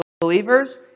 believers